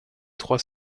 trois